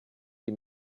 die